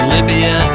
Libya